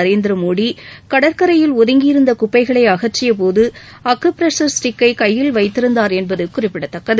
நரேந்திரமோடி கடற்கரையில் ஒதுங்கியிருந்த குப்பைகளை அகற்றிய போது அக்குபிரஷர் ஸ்டிக்கை கையில் வைத்திருந்தார் என்பது குறிப்பிடத்தக்கது